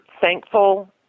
thankful